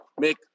make